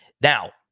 Now